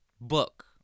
book